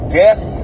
death